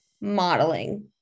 Modeling